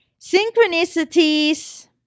Synchronicities